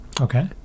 Okay